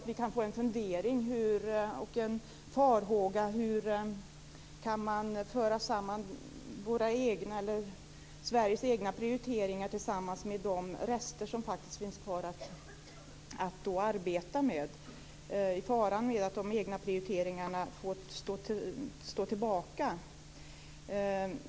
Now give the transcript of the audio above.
Vi kan få en farhåga om hur Sveriges egna prioriteringar kan föras samman med de rester som finns kvar att arbeta med. Faran är att de egna prioriteringarna får stå tillbaka.